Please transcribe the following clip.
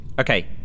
Okay